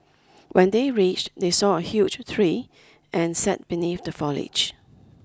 when they reached they saw a huge tree and sat beneath the foliage